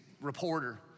reporter